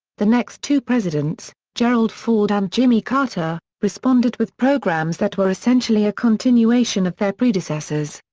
the next two presidents, gerald ford and jimmy carter, responded with programs that were essentially a continuation of their predecessors.